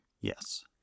Yes